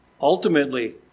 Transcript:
Ultimately